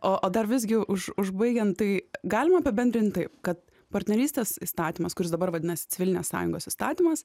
o dar visgi už užbaigiant tai galima apibendrint taip kad partnerystės įstatymas kuris dabar vadinasi civilinės sąjungos įstatymas